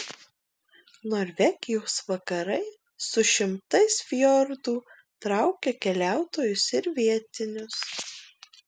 norvegijos vakarai su šimtais fjordų traukia keliautojus ir vietinius